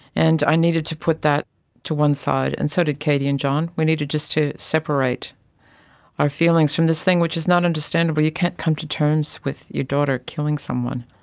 and i needed to put that to one side, and so did katie and john. we needed just to separate our feelings from this thing which is not understandable, you can't come to terms with your daughter killing someone.